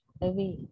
away